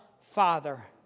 Father